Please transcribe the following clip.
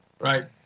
Right